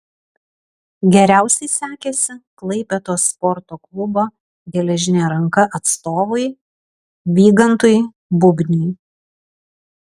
geriausiai sekėsi klaipėdos sporto klubo geležinė ranka atstovui vygantui bubniui